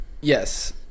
Yes